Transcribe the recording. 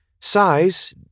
Size